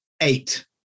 eight